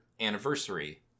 anniversary